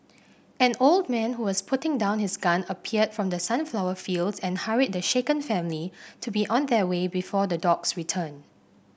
an old man who was putting down his gun appeared from the sunflower fields and hurried the shaken family to be on their way before the dogs return